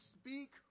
speak